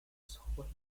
sober